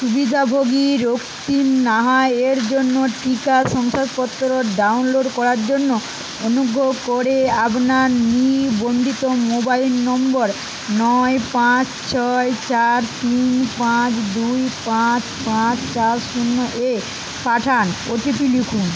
সুবিধাভোগী রক্তিম নাহা এর জন্য টিকা শংসাপত্র ডাউনলোড করার জন্য অনুগ্রহ করে আপনার নিবন্ধিত মোবাইল নম্বর নয় পাঁচ ছয় চার তিন পাঁচ দুই পাঁচ পাঁচ চার শূন্য এ পাঠানো ওটিপি লিখুন